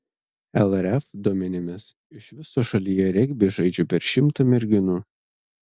lrf duomenimis iš viso šalyje regbį žaidžia per šimtą merginų